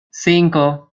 cinco